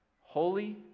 holy